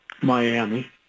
Miami